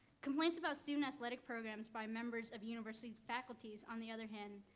complaints about student athletic programs by members of university faculties, on the other hand,